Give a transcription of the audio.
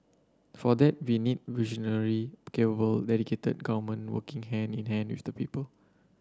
for that we need visionary capable dedicated government working hand in hand with the people